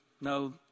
no